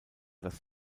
das